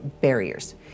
barriers